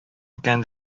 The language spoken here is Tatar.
икән